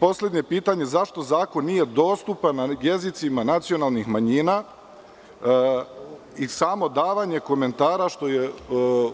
Poslednje pitanje je zašto zakon nije dostupan na jezicima nacionalnih manjina i samo davanje komentara, što je